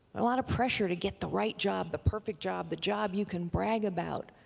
a lot of pressure to get the right job, the perfect job, the job you can brag about.